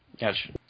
Gotcha